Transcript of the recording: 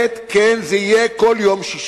כן, זה יהיה כל יום שישי,